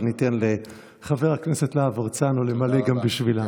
אבל ניתן לחבר הכנסת להב הרצנו למלא גם בשבילם.